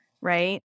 right